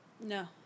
No